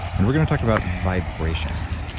and we're going to talk about vibrations.